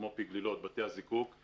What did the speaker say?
כמו פי גלילות ובתי הזיקוק,